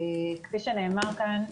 כפי שנאמר כאן,